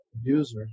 abuser